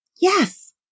Yes